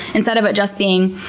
instead of it just being,